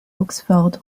oxford